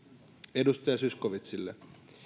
edustaja zyskowiczille